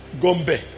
Gombe